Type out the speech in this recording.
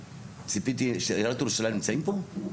עיריית ירושלים נמצאים פה?